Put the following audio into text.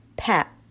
Pat